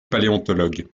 paléontologue